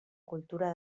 cultura